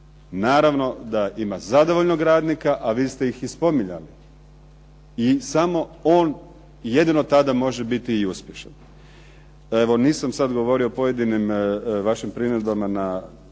naravno, da ima zadovoljnog radnika, a vi ste ih i spominjali. I samo on jedino tada može biti i uspješan. Evo nisam sad govorio o pojedinim vašim primjedbama na,